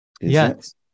Yes